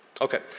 Okay